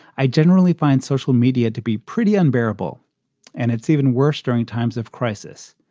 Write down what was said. i generally find social media to be pretty unbearable and it's even worse during times of crisis.